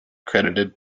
credited